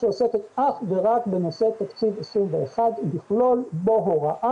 וחבר הכנסת גלעד ארדן שואל 'נניח שהחוק הזה